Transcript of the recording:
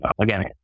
Again